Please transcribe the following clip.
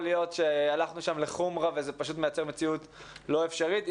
להיות שהלכנו שם לחומרה וזה פשוט מייצר מציאות לא אפשרית,